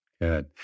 Good